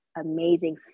amazing